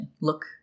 look